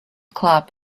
club